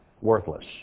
worthless